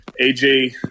AJ